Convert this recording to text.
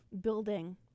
building